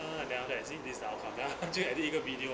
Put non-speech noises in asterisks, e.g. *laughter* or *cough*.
ah then after that see this the outcome 她 *laughs* 就 edit 一个 video